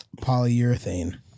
Polyurethane